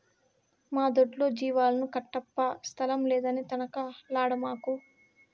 మా దొడ్లో జీవాలను కట్టప్పా స్థలం లేదని తనకలాడమాకు